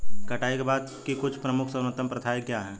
कटाई के बाद की कुछ प्रमुख सर्वोत्तम प्रथाएं क्या हैं?